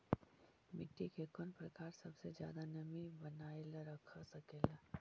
मिट्टी के कौन प्रकार सबसे जादा नमी बनाएल रख सकेला?